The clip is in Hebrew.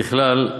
ככלל,